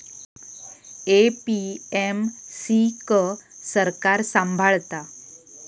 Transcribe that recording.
APMC क सरकार सांभाळता